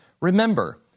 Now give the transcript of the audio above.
Remember